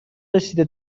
رسیده